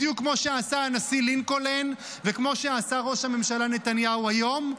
בדיוק כמו שעשה הנשיא לינקולן וכמו שעשה ראש הממשלה נתניהו היום.